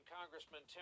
Congressman